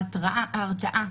הרתעה,